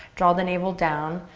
draw the navel down.